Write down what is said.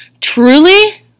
truly